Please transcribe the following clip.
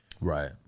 Right